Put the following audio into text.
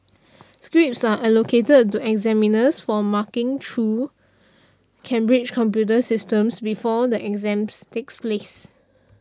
scripts are allocated to examiners for marking true Cambridge's computer systems before the exams takes place